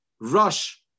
rush